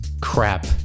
crap